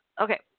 okay